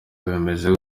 bimeze